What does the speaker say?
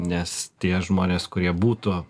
nes tie žmonės kurie būtų